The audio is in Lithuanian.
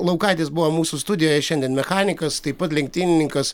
laukaitis buvo mūsų studijoje šiandien mechanikas taip pat lenktynininkas